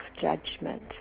judgment